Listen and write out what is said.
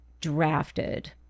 drafted